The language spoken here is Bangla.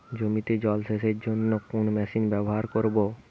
জমিতে জল সেচের জন্য কোন মেশিন ব্যবহার করব?